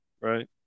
Right